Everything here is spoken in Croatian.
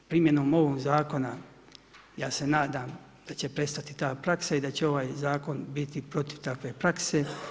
Primjenom ovog zakona ja se nadam da će prestati ta praksa i da će ovaj zakon biti protiv takve prakse.